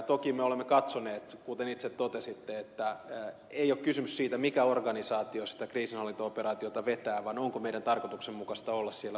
toki me olemme katsoneet kuten itse totesitte että ei ole kysymys siitä mikä organisaatio sitä kriisinhallintaoperaatiota vetää vaan kyse on siitä onko meidän tarkoituksenmukaista olla siellä mukana